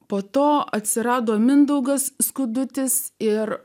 po to atsirado mindaugas skudutis ir